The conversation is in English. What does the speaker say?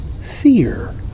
fear